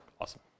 awesome